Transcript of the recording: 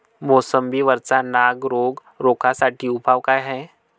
मोसंबी वरचा नाग रोग रोखा साठी उपाव का हाये?